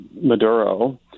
Maduro